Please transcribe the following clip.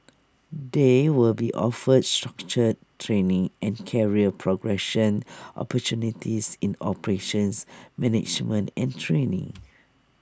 they will be offered structured training and career progression opportunities in operations management and training